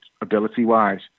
ability-wise